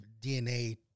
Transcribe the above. DNA